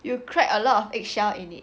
you crack a lot of egg shell in it